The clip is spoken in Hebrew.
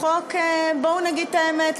בואו נגיד את האמת,